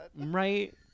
Right